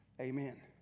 Amen